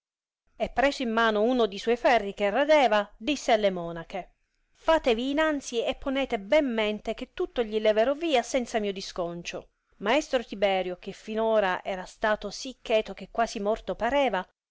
e preso in mano uno di suoi ferri che radeva disse alle monache fatevi inanzi e ponete ben mente che tutto gli leverò via senza mio disconcio maestro tiberio che fin ora era stato si cheto che quasi morto pareva